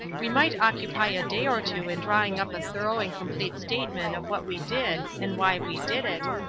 we might occupy a day or two in drawing up a thorough and complete statement of what we did and why we did it,